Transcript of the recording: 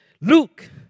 Luke